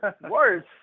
worse